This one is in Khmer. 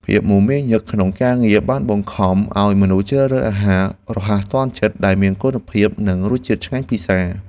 ភាពមមាញឹកក្នុងការងារបានបង្ខំឱ្យមនុស្សជ្រើសរើសអាហាររហ័សទាន់ចិត្តដែលមានគុណភាព និងរសជាតិឆ្ងាញ់ពិសារ។